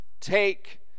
Take